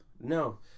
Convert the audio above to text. No